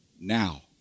now